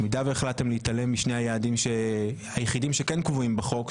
במידה והחלטתם להתעלם משני היעדים היחידים שכן קבועים בחוק,